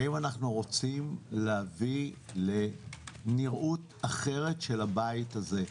האם אנחנו רוצים להביא לנראות אחרת של הבית הזה?